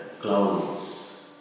clouds